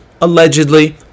allegedly